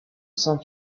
saint